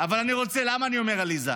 למה אני אומר "עליזה"?